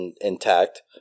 intact